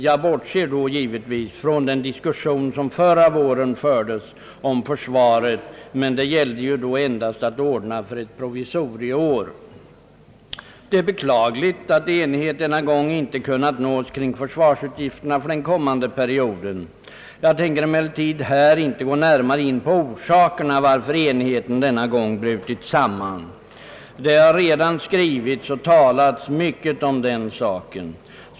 Jag bortser då givetvis från den diskussion, som förra våren fördes om försvaret, men det gällde då endast att ordna för ett provisorieår. Det är beklagligt, att enighet denna gång inte kunnat nås om försvarsutgifterna för den kommande perioden. Jag tänker emellertid här inte gå närmare in på orsakerna till att enigheten denna gång brutit samman; det har redan skrivits och talats mycket om den saken.